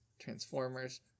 Transformers